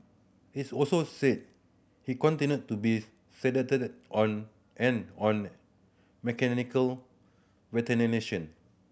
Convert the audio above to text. it also said he continued to be sedated on and on mechanical ventilation